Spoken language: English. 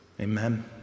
Amen